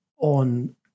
on